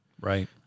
Right